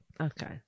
Okay